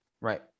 Right